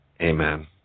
Amen